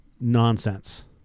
nonsense